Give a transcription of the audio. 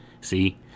see